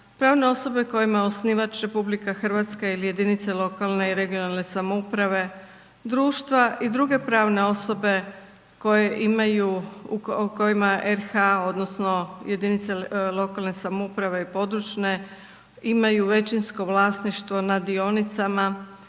pravne osobe kojima je osnivač RH ili jedinice lokalne i regionalne samouprave, društva i druge pravne osobe koje imaju, o kojima RH, odnosno jedinice lokalne samouprave i područne imaju većinsko vlasništvo nad dionicama,